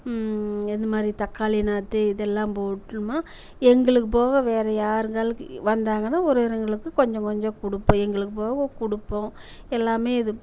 இந்த மாதிரி தக்காளி நாற்று இதெல்லாம் போட்டு நம்ம எங்களுக்கு போக வேற யாரெங்காளு வந்தாங்கன்னால் ஒரு ஒருதங்களுக்கு கொஞ்சம் கொஞ்சம் கொடுப்போம் எங்களுக்கு போக கொடுப்போம் எல்லாமே இது